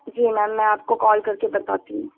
जी ma'am मैं आपको call करके बताती हूँ